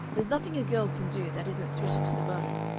there's nothing a girl can do that isn't sweated to the bone.